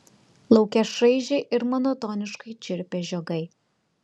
lauke šaižiai ir monotoniškai čirpė žiogai